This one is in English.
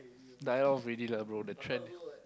die off already lah bro the trend